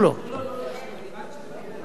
אני רק, תודה.